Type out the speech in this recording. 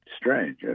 strange